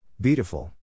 Beautiful